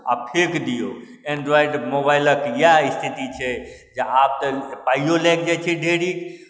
आओर फेक दिऔ एन्ड्रॉइड मोबाइलके इएह स्थिति छै जे आब तऽ पाइओ लागि जाइ छै ढेरिक